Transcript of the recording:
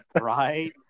right